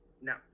No